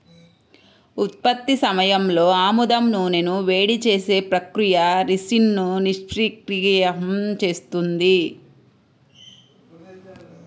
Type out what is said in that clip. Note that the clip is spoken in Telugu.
ఉత్పత్తి సమయంలో ఆముదం నూనెను వేడి చేసే ప్రక్రియ రిసిన్ను నిష్క్రియం చేస్తుంది